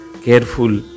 careful